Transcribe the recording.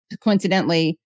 coincidentally